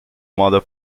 mandat